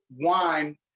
wine